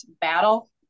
battle